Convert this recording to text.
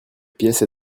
pièce